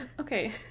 Okay